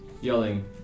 yelling